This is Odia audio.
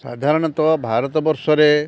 ସାଧାରଣତଃ ଭାରତବର୍ଷରେ